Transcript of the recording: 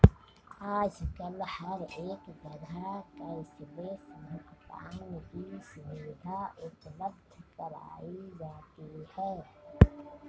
आजकल हर एक जगह कैश लैस भुगतान की सुविधा उपलब्ध कराई जाती है